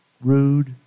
rude